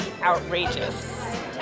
outrageous